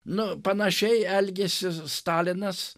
nu panašiai elgęsis stalinas